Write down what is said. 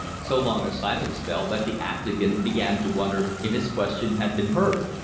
so long a silence fell that the applicant began to wonder if his question had been heard.